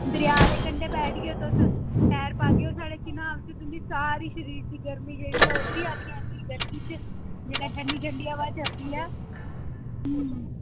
दरिया दे कंढे बैठ गे तुस पैर पागेओ साढ़े चिनाव च तुं'दी सारे शरीर दी गर्मी ऐ जेह्ड़ी ओह् उतरी जानी ऐ इन्नी गर्मी च जेल्लै ठंडी ठंडी हवा चलदी ऐ